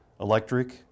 electric